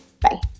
Bye